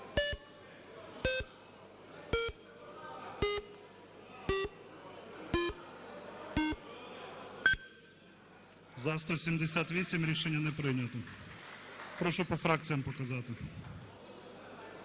За-178 Рішення не прийнято. Прошу по фракціях показати.